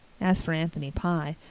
as for anthony pye,